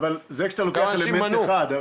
זה כשאתה לוקח אלמנט אחד.